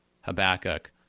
Habakkuk